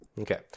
Okay